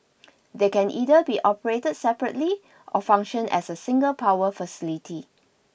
they can either be operated separately or function as a single power facility